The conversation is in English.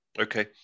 Okay